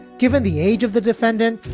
given the age of the defendant,